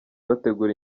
bategura